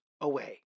away